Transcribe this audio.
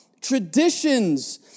traditions